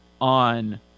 on